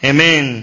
Amen